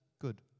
good